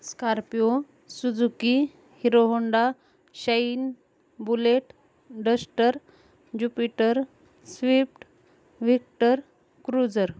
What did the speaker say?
Scorpio Suzuki Hero Honda Shine Bullet Duster Jupiter Swift Victor cruiser